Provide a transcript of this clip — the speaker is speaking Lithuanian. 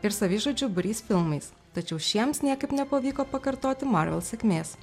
ir savižudžių būrys filmais tačiau šiems niekaip nepavyko pakartoti marvel sėkmės